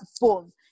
boom